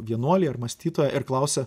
vienuolį ar mąstytoją ir klausia